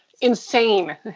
insane